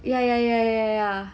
ya ya ya ya ya